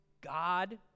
God